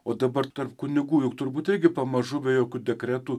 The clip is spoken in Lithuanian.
o dabar tarp kunigų juk turbūt irgi pamažu be jokių dekretų